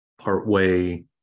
partway